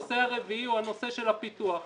הנושא הרביעי הוא הנושא של הפיתוח.